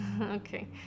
Okay